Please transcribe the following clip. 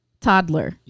toddler